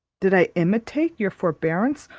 did i imitate your forbearance,